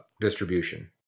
distribution